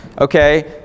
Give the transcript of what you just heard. Okay